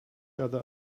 other